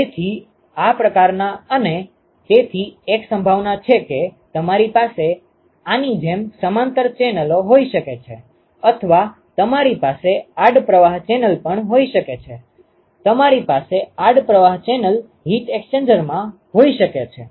તેથી આ પ્રકારના અને તેથી એક સંભાવના છે કે તમારી પાસે આની જેમ સમાંતર ચેનલો હોઈ શકે છે અથવા તમારી પાસે આડ પ્રવાહ ચેનલ પણ હોઈ શકે છે તમારી પાસે આડ પ્રવાહ ચેનલ હીટ એક્સ્ચેન્જર હોઈ શકે છે